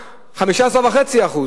15.5%,